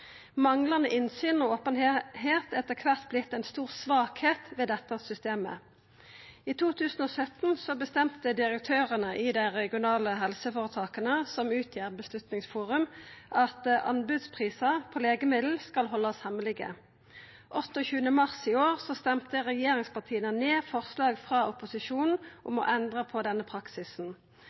Manglande innsyn og openheit har etter kvart vorte ei stor svakheit ved dette systemet. I 2017 bestemde direktørane i dei regionale helseføretaka, som utgjer Beslutningsforum, at anbodsprisar på legemiddel skal haldast hemmelege. Den 28. mars i år stemde regjeringspartia ned forslag frå opposisjonen om å endra på denne praksisen.